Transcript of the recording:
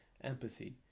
empathy